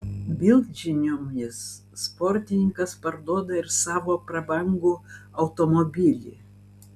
bild žiniomis sportininkas parduoda ir savo prabangų automobilį